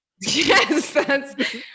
Yes